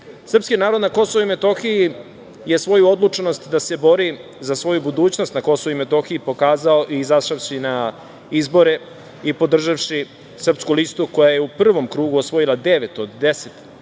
narod na Kosovu i Metohiji je svoju odlučnost da se bori za svoju budućnost na KiM pokazao izašavši na izbore i podžavši Srpsku listu koja je u prvom krugu osvojila devet od deset